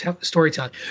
storytelling